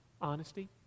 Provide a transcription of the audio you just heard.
Honesty